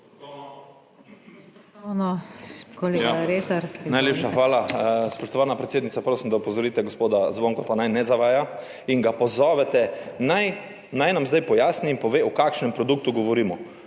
Najlepša hvala. Spoštovana predsednica, prosim, da opozorite gospoda Zvonka, naj ne zavaja, in ga pozovete, naj nam zdaj pojasni in pove, o kakšnem produktu govorimo,